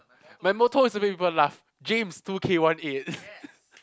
my motto is to make people laugh James two K one eight